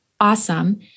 awesome